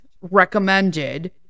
recommended